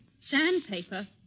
Sandpaper